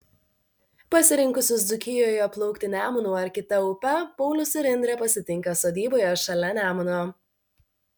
pasirinkusius dzūkijoje plaukti nemunu ar kita upe paulius ir indrė pasitinka sodyboje šalia nemuno